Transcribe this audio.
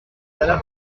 salles